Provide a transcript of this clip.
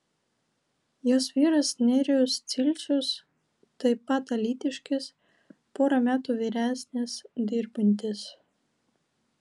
jos vyras nerijus cilcius taip pat alytiškis pora metų vyresnis dirbantis